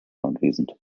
anwesend